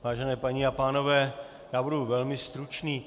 Vážené paní a pánové, budu velmi stručný.